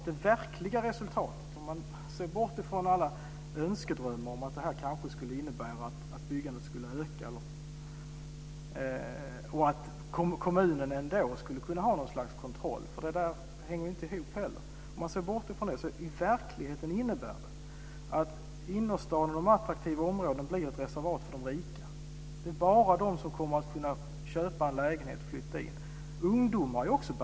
Det är en önskedröm att det här skulle öka byggandet med bevarad kontroll från kommunens sida. Det går inte ihop. Det innebär i verkligheten att innerstaden och andra attraktiva områden blir reservat för de rika. Det är bara de som kommer att kunna köpa en lägenhet. Också ungdomar är bannlysta.